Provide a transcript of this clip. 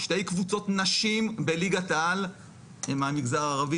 שתי קבוצות נשים בליגת העל הן מהמגזר הערבי,